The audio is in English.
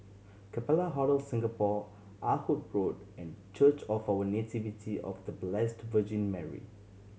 Capella Hotel Singapore Ah Hood Road and Church of a Nativity of The Blessed Virgin Mary